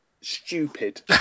stupid